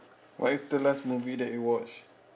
what is the last movie that you watched